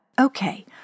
Okay